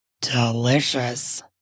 delicious